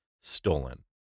stolen